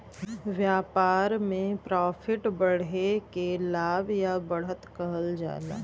व्यापार में प्रॉफिट बढ़े के लाभ या बढ़त कहल जाला